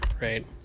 right